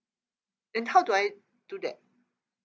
and how do I do that